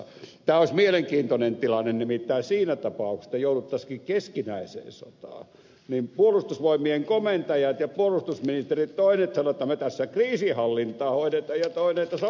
tämä olisi mielenkiintoinen tilanne nimittäin siinä tapauksessa että jouduttaisiinkin keskinäiseen sotaan jolloin puolustusvoimien komentajista ja puolustusministereistä toiset sanoisivat että me tässä kriisinhallintaa hoidamme ja toiset että sodassa ollaan